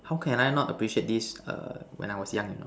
how can I not appreciate this when I was young